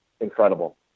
incredible